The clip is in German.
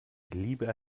lieber